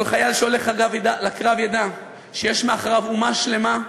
כל חייל שהולך לקרב ידע שיש מאחוריו אומה שלמה,